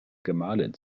gemahlin